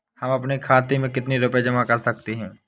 हम अपने खाते में कितनी रूपए जमा कर सकते हैं?